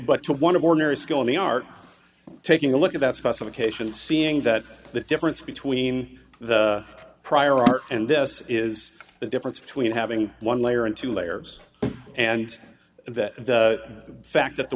but one of ordinary skill in the art of taking a look at that specification seeing that the difference between the prior art and this is the difference between having one layer and two layers and that the fact that the